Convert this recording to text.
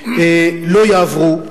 לא יעברו.